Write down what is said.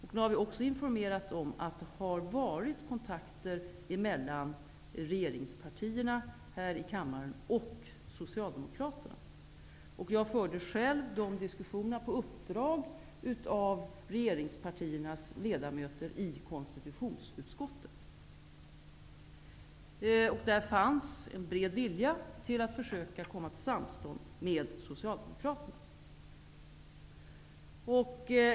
Vi har också informerat om att det har varit kontakter mellan regeringspartierna här i kammaren och Socialdemokraterna. Jag förde själv dessa diskussioner på uppdrag av regeringspartiernas ledamöter i konstitutionsutskottet. Det fanns där en bred vilja till att försöka bli överens med Socialdemokraterna.